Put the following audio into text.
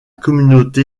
communauté